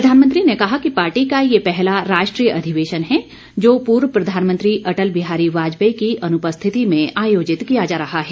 प्रधानमंत्री ने कहा कि पार्टी का ये पहला राष्ट्रीय अधिवेशन है जो पूर्व प्रधानमंत्री अटल बिहारी वाजपेयी की अनुपस्थिति में आयोजित किया जा रहा है